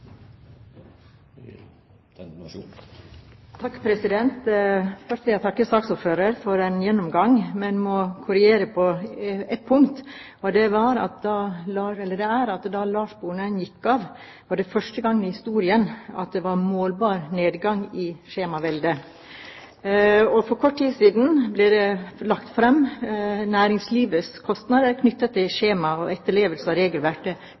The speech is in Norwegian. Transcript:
Først vil jeg takke saksordføreren for gjennomgangen, men må korrigere på ett punkt: Da Lars Sponheim gikk av, var det første gangen i historien at det var målbar nedgang i skjemaveldet. For kort tid siden kom det fram at næringslivets kostnader knyttet til skjemavelde og etterlevelse av